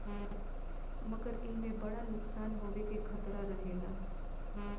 मगर एईमे बड़ा नुकसान होवे के खतरा रहेला